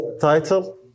title